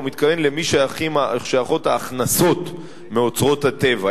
הוא מתכוון למי שייכות ההכנסות מאוצרות הטבע,